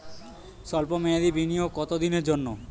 সল্প মেয়াদি বিনিয়োগ কত দিনের জন্য?